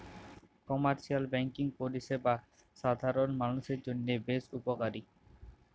commercial banking পরিষেবা সাধারল মালুষের জন্হে বেশ উপকারী